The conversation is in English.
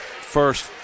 first